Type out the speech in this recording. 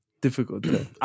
difficult